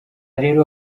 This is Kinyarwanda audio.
rero